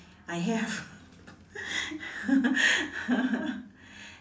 I have